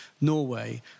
Norway